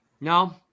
No